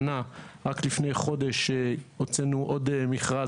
רק לפני חודש הוצאנו עוד מכרז.